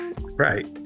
Right